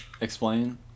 Explain